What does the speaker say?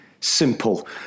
Simple